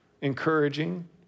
encouraging